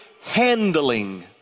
handling